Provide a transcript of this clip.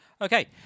Okay